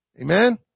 Amen